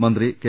മന്ത്രി കെ